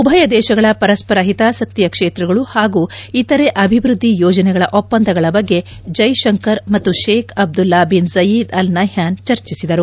ಉಭಯ ದೇಶಗಳ ಪರಸ್ಪರ ಹಿತಾಸಕ್ತಿಯ ಕ್ಷೇತ್ರಗಳು ಹಾಗೂ ಇತರೆ ಅಭಿವೃದ್ದಿ ಯೋಜನೆಗಳು ಒಪ್ಪಂದಗಳ ಬಗ್ಗೆ ಜೈಶಂಕರ್ ಮತ್ತು Sheikh Abdullah bin Zayed Al Nahyan ಚರ್ಚಿಸಿದರು